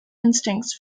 instincts